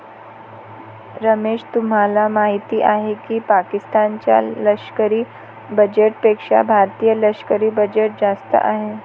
रमेश तुम्हाला माहिती आहे की पाकिस्तान च्या लष्करी बजेटपेक्षा भारतीय लष्करी बजेट जास्त आहे